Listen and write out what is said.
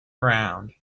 around